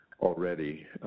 already